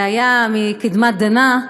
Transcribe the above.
שהיה מקדמת דנא,